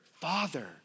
father